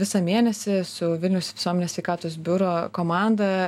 visą mėnesį su vilniaus visuomenės sveikatos biuro komanda